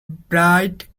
bright